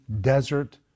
desert